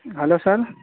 hello sir